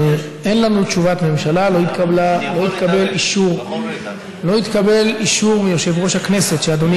לא התקבל אישור מיושב-ראש הכנסת שאדוני